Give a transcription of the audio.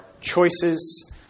choices